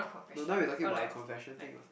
no now you talking about the confession thing [what]